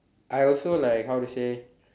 I also like how to say